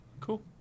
Cool